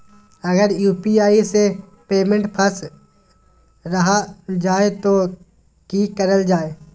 अगर यू.पी.आई से पेमेंट फस रखा जाए तो की करल जाए?